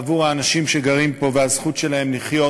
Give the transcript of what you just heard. בעבור האנשים שגרים פה והזכות שלהם לחיות